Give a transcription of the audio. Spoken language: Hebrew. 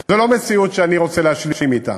זו לא מציאות שאני רוצה להשלים אתה.